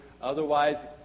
Otherwise